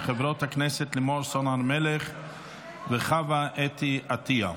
של חברות הכנסת לימור סון הר מלך וחוה אתי עטייה.